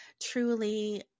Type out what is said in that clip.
truly